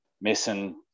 Missing